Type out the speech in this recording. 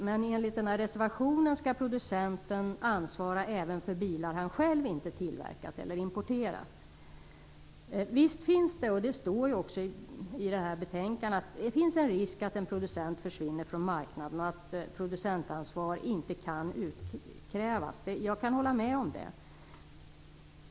Men enligt reservationen skall producenten även ansvara för bilar han själv inte har tillverkat eller importerat. Visst finns det en risk - det står också i betänkandet - för att en producent försvinner från marknaden och att producentansvar inte kan utkrävas. Jag kan hålla med om det.